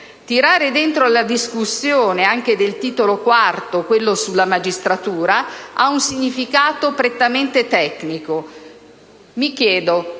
Tirare dentro la discussione anche del Titolo IV, quello sulla magistratura, ha un significato prettamente tecnico. Mi chiedo: